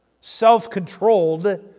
self-controlled